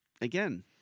Again